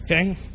Okay